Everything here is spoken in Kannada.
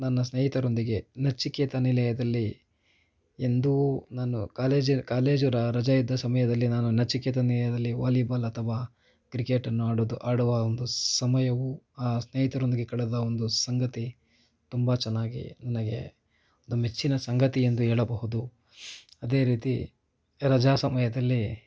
ನನ್ನ ಸ್ನೇಹಿತರೊಂದಿಗೆ ನಚಿಕೇತ ನಿಲಯದಲ್ಲಿ ಎಂದು ನಾನು ಕಾಲೇಜ ಕಾಲೇಜು ರ ರಜಾ ಇದ್ದ ಸಮಯದಲ್ಲಿ ನಾನು ನಚಿಕೇತ ನಿಲಯದಲ್ಲಿ ವಾಲಿಬಾಲ್ ಅಥವಾ ಕ್ರಿಕೆಟನ್ನು ಆಡೋದು ಆಡುವ ಒಂದು ಸಮಯವು ಆ ಸ್ನೇಹಿತರೊಂದಿಗೆ ಕಳೆದ ಒಂದು ಸಂಗತಿ ತುಂಬ ಚೆನ್ನಾಗಿ ನನಗೆ ಒಂದು ಮೆಚ್ಚಿನ ಸಂಗತಿ ಎಂದು ಹೇಳಬಹುದು ಅದೇ ರೀತಿ ರಜಾ ಸಮಯದಲ್ಲಿ